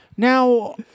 Now